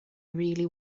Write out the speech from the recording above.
really